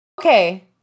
Okay